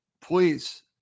Please